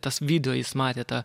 tas video jis matė tą